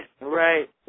right